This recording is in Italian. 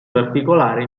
particolare